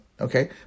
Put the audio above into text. Okay